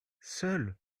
seuls